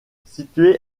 située